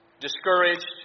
discouraged